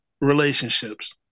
relationships